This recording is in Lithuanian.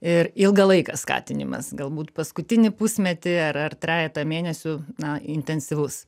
ir ilgą laiką skatinimas galbūt paskutinį pusmetį ar ar trejetą mėnesių na intensyvus